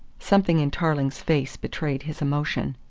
something in tarling's face betrayed his emotion.